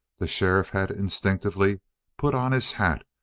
the sheriff had instinctively put on his hat,